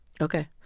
Okay